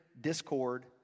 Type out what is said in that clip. discord